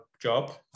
job